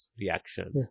reaction